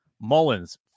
Mullins